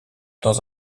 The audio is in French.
dans